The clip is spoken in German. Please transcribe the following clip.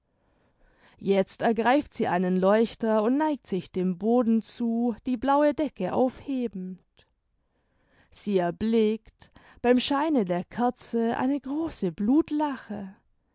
jetzt ergreift sie einen leuchter und neigt sich dem boden zu die blaue decke aufhebend sie erblickt beim scheine der kerze eine große blutlache